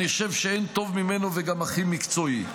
אני חושב שאין טוב ממנו, והוא גם הכי מקצועי.